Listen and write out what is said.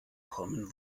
common